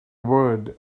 word